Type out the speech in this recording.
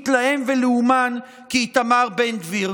מתלהם ולאומן כאיתמר בן גביר.